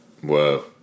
Whoa